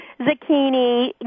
zucchini